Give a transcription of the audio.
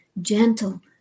gentle